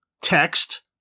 text